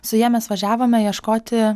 su ja mes važiavome ieškoti